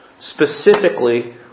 specifically